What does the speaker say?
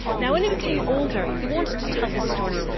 now, when he became older, he wanted to tell the story,